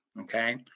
okay